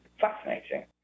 fascinating